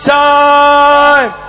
time